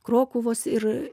krokuvos ir